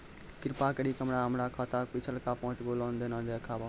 कृपा करि के हमरा हमरो खाता के पिछलका पांच गो लेन देन देखाबो